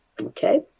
Okay